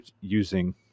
using